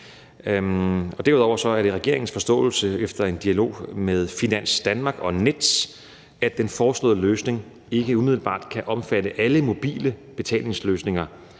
Derudover er det regeringens forståelse efter en dialog med Finans Danmark og Nets, at den foreslåede løsning ikke umiddelbart kan omfatte alle mobile betalingsløsninger.